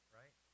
right